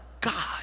God